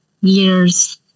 years